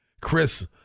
Chris